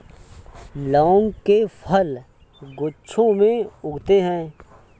लौंग के फल गुच्छों में उगते हैं